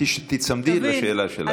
תיצמדי לשאלה שלך.